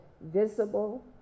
visible